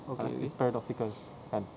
ah paradoxical kan